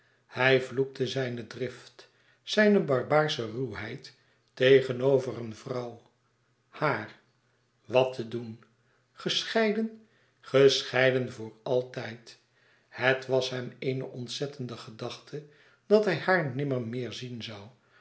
hij vloekte zijne drift zijne barbaarsche ruwheid tegenover eene vrouw haar wat te doen gescheiden gescheiden voor altijd het was hem eene ontzettende gedachte dat hij haar nimmer meer zien zoû